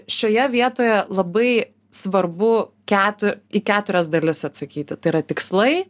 šioje vietoje labai svarbu ketu į keturias dalis atsakyti tai yra tikslai